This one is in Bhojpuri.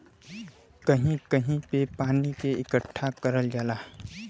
कहीं कहीं पे पानी के इकट्ठा करल जाला